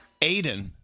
Aiden